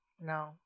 No